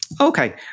Okay